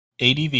ADV